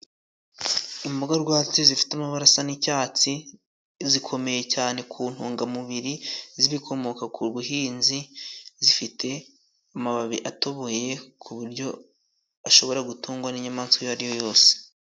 Imboga rwatsi zifite amabara asa n'icyatsi, zikomeye cyane ku ntungamubiri z'ibikomoka ku buhinzi, zifite amababi atoboye ku buryo ashobora gutungwa n'inyamaswa iyo ari yo yose.